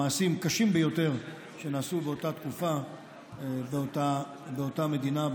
לצד מעשים קשים ביותר שנעשו באותה תקופה באותה מדינה,